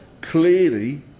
Clearly